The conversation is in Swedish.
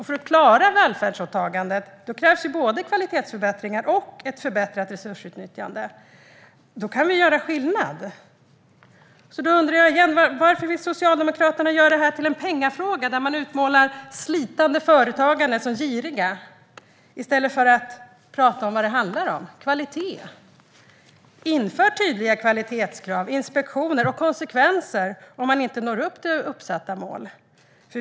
För att klara välfärdsåtagandet krävs det både kvalitetsförbättringar och ett förbättrat resursutnyttjande. Då kan vi göra skillnad. Då undrar jag igen: Varför vill Socialdemokraterna göra detta till en pengafråga, där man utmålar företagare som sliter som giriga i stället för att tala om vad det handlar om, nämligen kvalitet? Inför tydliga kvalitetskrav och inspektioner och se till att det får konsekvenser om man inte når uppsatta mål.